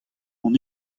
hon